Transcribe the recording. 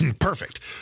perfect